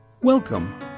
Welcome